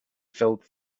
filled